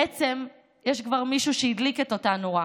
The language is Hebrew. בעצם, יש כבר מישהו שהדליק לכולנו את אותה נורה.